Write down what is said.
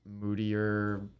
moodier